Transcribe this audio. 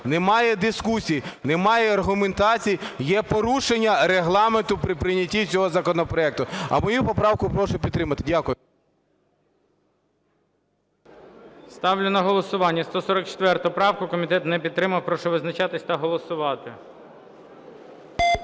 немає дискусії, немає аргументацій, є порушення Регламенту при прийнятті цього законопроекту. А мою поправку прошу підтримати. Дякую. ГОЛОВУЮЧИЙ. Ставлю на голосування 144 правку. Комітет не підтримав. Прошу визначатися та голосувати.